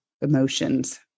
emotions